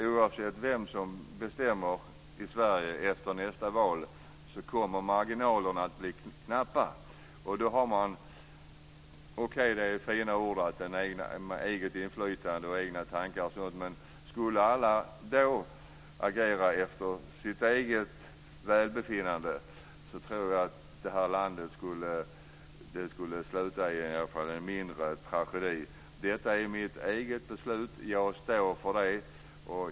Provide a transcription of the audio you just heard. Oavsett vem som bestämmer i Sverige efter nästa val kommer marginalerna att bli knappa. "Eget inflytande" och "egna tankar" är fina ord, men om alla skulle agera efter eget huvud tror jag att det skulle sluta i en mindre tragedi. Det är mitt eget beslut. Jag står för det.